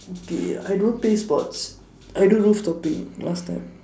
okay I don't play sports I do rooftopping last time